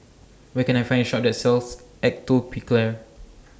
Where Can I Find A Shop that sells Atopiclair